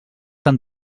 tan